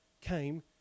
came